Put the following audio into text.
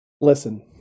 Listen